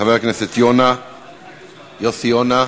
חבר הכנסת יוסי יונה.